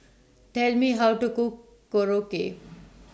Tell Me How to Cook Korokke